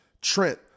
Trent